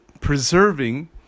preserving